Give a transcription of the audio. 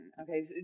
okay